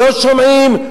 לא שומעים,